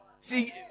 See